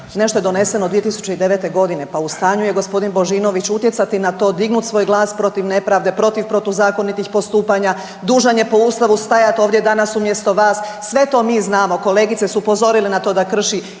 Nešto je doneseno 2009. g., pa u stanju je g. Božinović utjecati na to, dignuti svoj glas protiv nepravde, protiv protuzakonitih postupanja, dužan je po Ustavu stajati ovdje danas umjesto vas, sve to mi znamo, kolegice su upozorile na to da krši